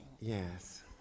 Yes